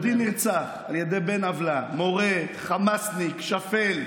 יהודי נרצח על ידי בן עוולה, מורה, חמאסניק שפל,